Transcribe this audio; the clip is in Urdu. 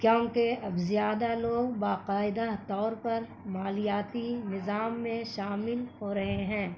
کیونکہ اب زیادہ لوگ باقاعدہ طور پر مالیاتی نظام میں شامل ہو رہے ہیں